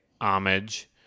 homage